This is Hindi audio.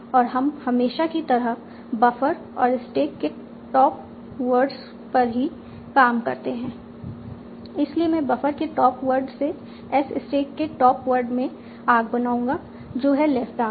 और हम हमेशा की तरह बफर और स्टैक के टॉप वर्ड्स पर ही काम करते हैं इसीलिए मैं बफर के टॉप वर्ड से S स्टैक के टॉप वर्ड में आर्क बनाऊंगा जो है लेफ्ट आर्क